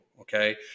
Okay